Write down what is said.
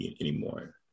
anymore